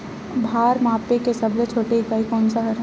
भार मापे के सबले छोटे इकाई कोन सा हरे?